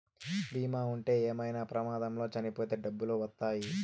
బీమా ఉంటే ఏమైనా ప్రమాదంలో చనిపోతే డబ్బులు వత్తాయి